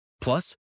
Plus